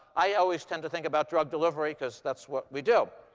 i always tend to think about drug delivery, because that's what we do.